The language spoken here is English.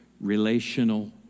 relational